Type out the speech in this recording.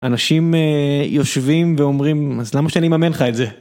אנשים יושבים ואומרים אז למה שאני אממן לך את זה.